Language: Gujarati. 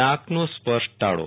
નાકનો સ્પર્શ ટાળો